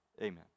amen